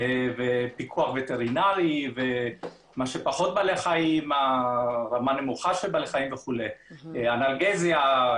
פיקוח וטרינרי ורמה נמוכה של בעלי חיים אנרגזיה,